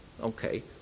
Okay